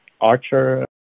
Archer